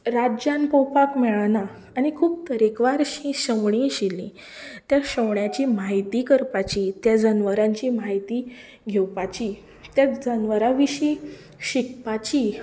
राज्यांत पोवपाक मेळना आनी खूब तरेकवार अशी सवणीं आशिल्लीं त्या सवण्यांची म्हायती करपाची त्या जनवारांची म्हायती घेवपाची त्या जनवारां विशीं शिकपाची